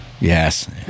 yes